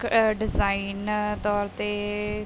ਕ ਡਿਜਾਇਨ ਤੌਰ 'ਤੇ